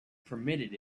permitted